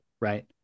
Right